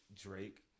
Drake